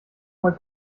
mal